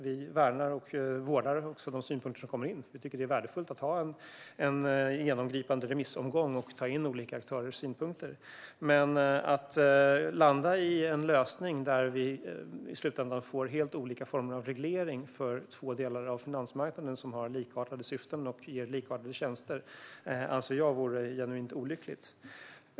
Vi värnar och vårdar de synpunkter som kommer in, för vi tycker att det är värdefullt att ha en genomgripande remissomgång och ta in olika aktörers synpunkter. Men att vi skulle landa i en lösning där vi i slutändan får helt olika former av reglering för två delar av finansmarknaden som har likartade syften och tillhandahåller likartade tjänster anser jag vore genuint olyckligt.